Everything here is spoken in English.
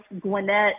Gwinnett